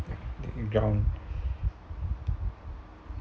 ground